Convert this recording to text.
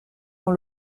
dans